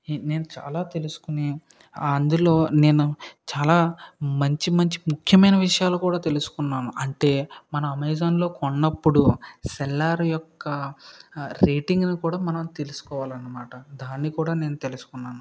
నేను చాలా తెలుసుకుని అందులో నేను చాలా మంచి మంచి ముఖ్యమైన విషయాలు కూడా తెలుసుకున్నాను అంటే మనం అమెజాన్లో కొన్నపుడు సెల్లర్ యొక్క రేటింగ్ను కూడా మనం తెలుసుకోవాలన్నమాట దాన్ని కూడా నేను తెలుసుకున్నాను